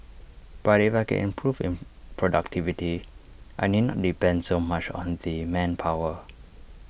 but if I can improve in productivity I need not depend so much on the manpower